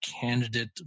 candidate